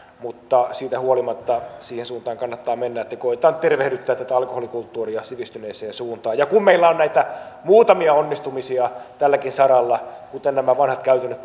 mutta siitä huolimatta siihen suuntaan kannattaa mennä että koetetaan tervehdyttää tätä alkoholikulttuuria sivistyneeseen suuntaan ja kun meillä on näitä muutamia onnistumisia tälläkin saralla kuten nämä vanhat käytännöt